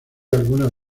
algunas